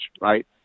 Right